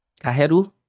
Kaheru